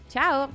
Ciao